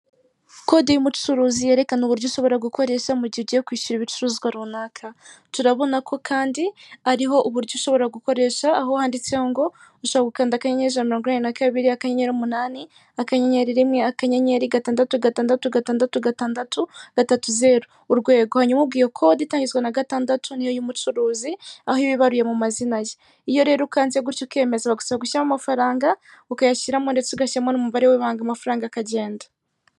Ku Gishushu naho wahabona inzu wakwishyura amafaranga atari menshi nawe ukabasha kuyibamo, ni amadorari magana ane wishyura buri kwezi ni hafi ya raadibi.